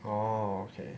orh okay